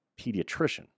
pediatrician